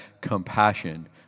compassion